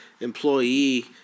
employee